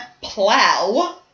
plow